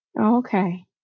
Okay